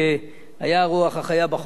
שהיה הרוח החיה בחוק הזה,